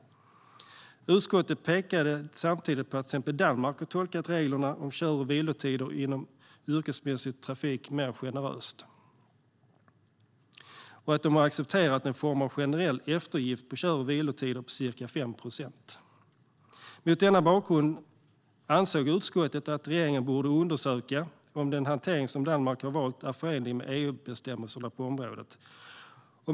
Utskottet pekade samtidigt på att till exempel Danmark har tolkat reglerna om kör och vilotider inom yrkesmässig trafik mer generöst och att de har accepterat en form av generell eftergift för kör och vilotider på ca 5 procent. Mot denna bakgrund ansåg utskottet att regeringen borde undersöka om den hantering som Danmark har valt är förenlig med EU-bestämmelserna på området.